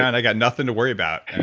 and i got nothing to worry about